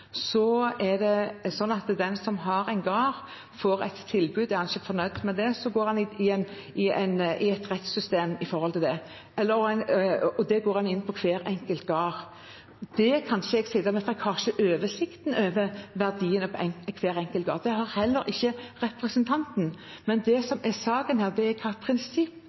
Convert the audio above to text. Den som har en gård, får et tilbud. Er han ikke fornøyd med det, går han inn i et rettssystem knyttet til det, og der går en inn på hver enkelt gård. Det kan ikke jeg sitte med, for jeg har ikke oversikt over verdien på hver enkelt gård. Det har heller ikke representanten. Men det som er saken her, er hvilket prinsipp